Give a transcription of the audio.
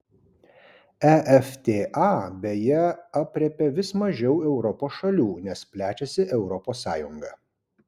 efta beje aprėpia vis mažiau europos šalių nes plečiasi europos sąjunga